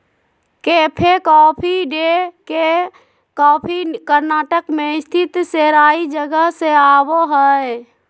cafe Coffee Day के coffee Karnataka मे स्थित सेराई जगह से आवो हय